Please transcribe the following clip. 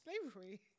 slavery